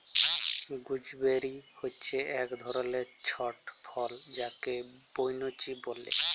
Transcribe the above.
gooseberry হচ্যে এক ধরলের ছট ফল যাকে বৈনচি ব্যলে